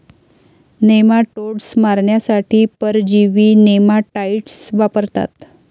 nematodes मारण्यासाठी परजीवी nematicides वापरतात